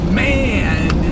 man